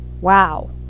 Wow